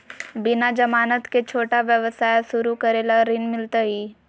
बिना जमानत के, छोटा व्यवसाय शुरू करे ला ऋण मिलतई?